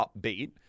upbeat